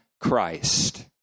Christ